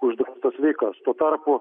uždraustas veikas tuo tarpu